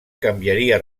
canviaria